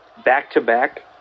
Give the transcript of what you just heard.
back-to-back